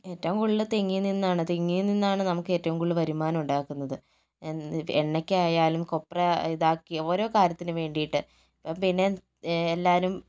ഏറ്റവും കൂടുതൽ തെങ്ങിൽ നിന്നാണ് തെങ്ങിൽ നിന്നാണ് നമുക്ക് ഏറ്റവും കൂടുതൽ വരുമാനം ഉണ്ടാകുന്നത് എന്ത് എണ്ണക്കായാലും കൊപ്ര ഇതാക്കി ഓരോ കാര്യത്തിന് വേണ്ടിട്ട് പിന്നെ എല്ലാവരും